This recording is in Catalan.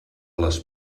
les